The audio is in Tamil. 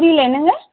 புரியலை என்னங்க